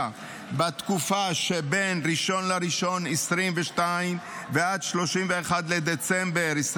בתקופה שמ-1 בינואר 2022 ועד 31 בדצמבר 2024,